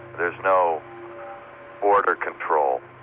there's no border control,